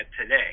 today